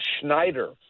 Schneider